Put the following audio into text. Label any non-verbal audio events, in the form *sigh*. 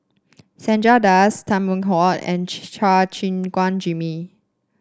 Chandra Das Tan Kheam Hock and *unintelligible* Chua Gim Guan Jimmy